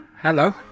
Hello